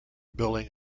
building